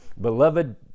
beloved